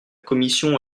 commission